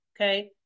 okay